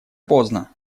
поздно